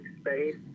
space